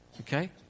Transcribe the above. Okay